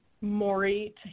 Maury